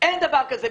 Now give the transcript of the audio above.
אין דבר כזה.